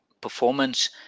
performance